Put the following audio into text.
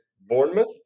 Bournemouth